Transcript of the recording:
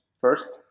first